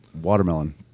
watermelon